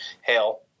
Hail